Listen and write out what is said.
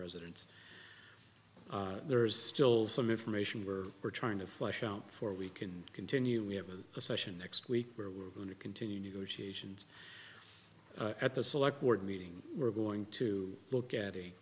residents there's still some information we're we're trying to flush out for we can continue we have a session next week where we're going to continue negotiations at the select board meeting we're going to look at a